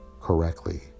correctly